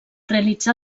realitzà